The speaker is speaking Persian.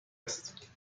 است